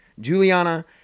Juliana